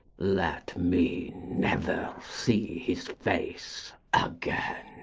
let me never see his face again.